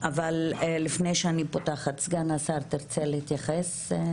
לפני שאני פותחת, סגן השר תרצה להתייחס.